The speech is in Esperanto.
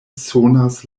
sonas